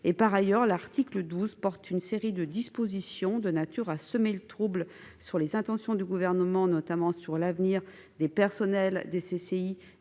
Par ailleurs, l'article 12 contient une série de dispositions de nature à semer le trouble quant aux intentions du Gouvernement sur l'avenir du personnel des CCI